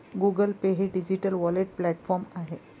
Google Pay हे digital wallet platform आहे